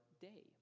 day